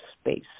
space